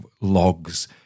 logs